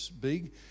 big